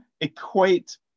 equate